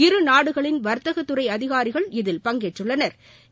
இரு நாடுகளின் வாத்தகத்துறை அதிகாரிகள் இதில் பங்கேற்றுள்ளனா்